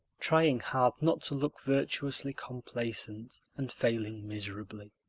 trying hard not to look virtuously complacent and failing miserably.